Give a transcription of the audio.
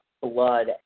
blood